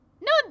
No